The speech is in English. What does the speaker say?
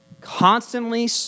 constantly